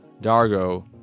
Dargo